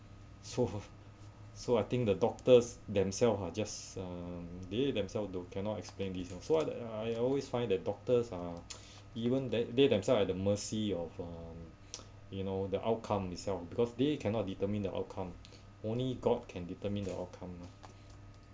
so so I think the doctors themselves ah just um they themselves don't cannot explain this these ah so I I always find that doctors are even that they themselves at the mercy of um you know the outcome itself because they cannot determine the outcome only god can determine the outcome lah